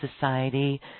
society